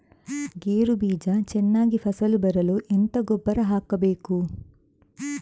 ಗೇರು ಬೀಜ ಚೆನ್ನಾಗಿ ಫಸಲು ಬರಲು ಎಂತ ಗೊಬ್ಬರ ಹಾಕಬೇಕು?